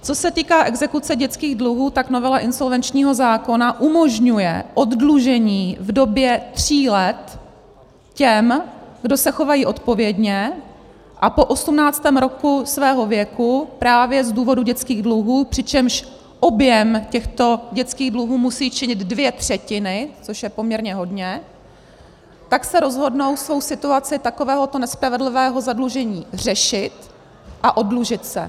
Co se týká exekuce dětských dluhů, tak novela insolvenčního zákona umožňuje oddlužení v době tří let těm, kdo se chovají odpovědně a po 18. roku svého věku, právě z důvodu dětských dluhů, přičemž objem těchto dětských dluhů musí činit dvě třetiny, což je poměrně hodně, tak se rozhodnou svou situaci takovéhoto nespravedlivého zadlužení řešit a oddlužit se.